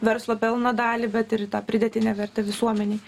verslo pelno dalį bet ir į tą pridėtinę vertę visuomenei